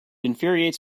infuriates